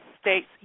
states